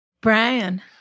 Brian